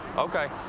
ok.